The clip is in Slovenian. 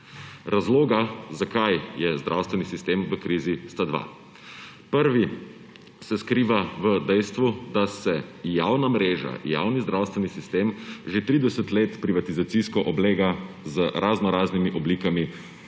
Razloga, zakaj je zdravstveni sistem v krizi, sta dva. Prvi se skriva v dejstvu, da se javna mreža, javni zdravstveni sistem že 30 let privatizacijsko oblega z raznoraznimi oblikami